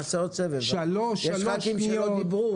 יושב-ראש הוועדה,